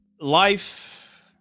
life